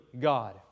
God